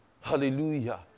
Hallelujah